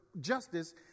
justice